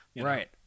right